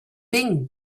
being